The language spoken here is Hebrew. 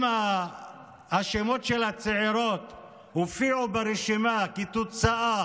אם השמות של הצעירות הופיעו ברשימה כתוצאה